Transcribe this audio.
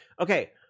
Okay